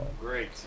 Great